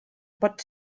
pot